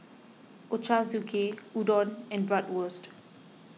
Ochazuke Udon and Bratwurst